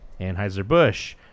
Anheuser-Busch